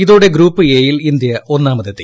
ഇതോടെ ഗ്രൂപ്പ് എയിൽ ഇന്ത്യ ഒന്നാമതെത്തി